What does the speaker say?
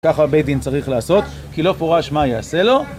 ככה בית דין צריך לעשות, כי לא פורש מה יעשה לו.